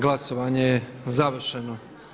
Glasovanje je završeno.